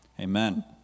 Amen